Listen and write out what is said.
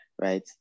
Right